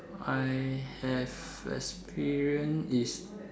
I have experience is